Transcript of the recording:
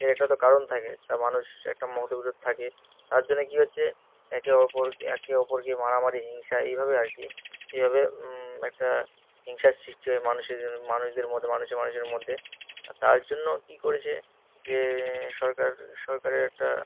এর একটা তো কারণ থাকে তা মানুষ একটা মতবিরোধ থাকে তার জন্যে কী হচ্ছে একে অপর একে অপরকে মারামারি হিংসা এইভাবে আর কি এইভাবে একটা হিংসার সৃষ্টি হয় মানুষের মানুষদের মধ্যে মানুষের মানুষের মধ্যে তার জন্য কী করেছে যে সরকার সরকারের একটা